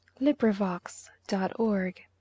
LibriVox.org